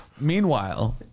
meanwhile